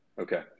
Okay